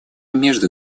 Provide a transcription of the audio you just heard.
между